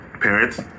Parents